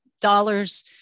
dollars